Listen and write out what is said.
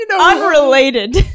unrelated